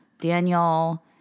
Daniel